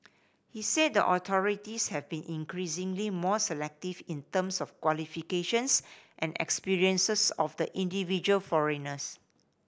he said that the authorities have been increasingly more selective in terms of qualifications and experiences of the individual foreigners